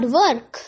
work